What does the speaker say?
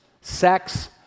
sex